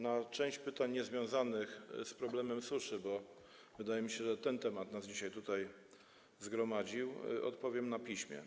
Na część pytań niezwiązanych z problemem suszy, bo wydaje mi się, że ten temat nas dzisiaj tutaj zgromadził, odpowiem na piśmie.